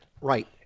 Right